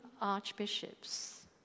archbishops